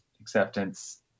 acceptance